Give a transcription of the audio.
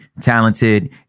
talented